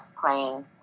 playing